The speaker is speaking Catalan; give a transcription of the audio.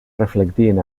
reflectien